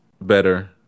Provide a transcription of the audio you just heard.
better